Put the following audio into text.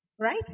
Right